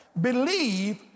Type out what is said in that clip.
believe